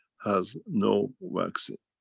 has no vaccine.